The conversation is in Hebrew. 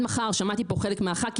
שמעתי כאן חלק מחברי הכנסת,